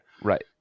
right